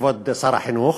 כבוד שר החינוך,